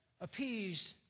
appeased